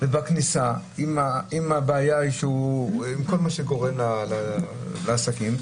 עם כל מה שקורה לעסקים,